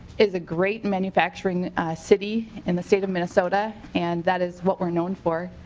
is a great manufacturing city in the state of minnesota and that is what we are known for.